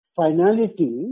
finality